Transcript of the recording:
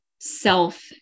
self